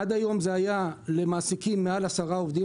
עד היום זה היה למעסיקים מעל עשרה עובדים.